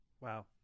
Wow